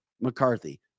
McCarthy